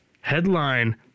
headline